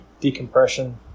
decompression